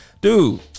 Dude